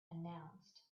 announced